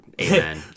Amen